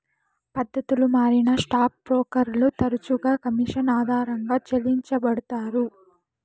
పద్దతులు మారినా స్టాక్ బ్రోకర్లు తరచుగా కమిషన్ ఆధారంగా చెల్లించబడతారు